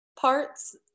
parts